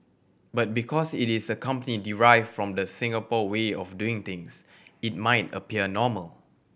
but because it is a company derived from the Singapore way of doing things it might appear normal